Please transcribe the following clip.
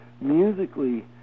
musically